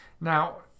Now